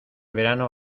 verano